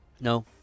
No